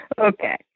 Okay